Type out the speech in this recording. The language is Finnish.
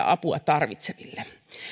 apua tarvitseville